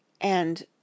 And